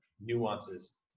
nuances